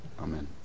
Amen